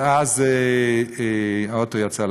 ואז האוטו יצא לדרך.